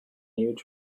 huge